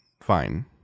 fine